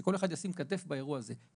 שכל אחד ייתן כתף באירוע הזה.